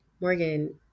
Morgan